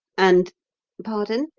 and pardon?